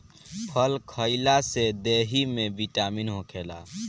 फल खइला से देहि में बिटामिन होखेला